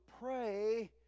pray